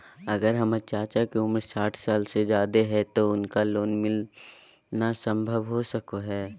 अगर हमर चाचा के उम्र साठ साल से जादे हइ तो उनका लोन मिलना संभव हो सको हइ?